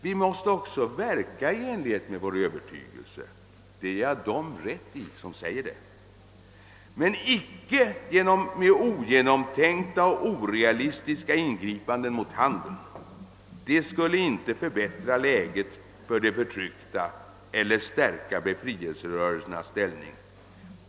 Vi måste också verka i enlighet med våra övertygelser —- jag ger dem rätt som säger det — men icke med ogenomtänkta och orealistiska ingripanden mot handeln. Det skulle inte förbättra läget för de förtryckta eller stärka befrielserörelsernas ställning.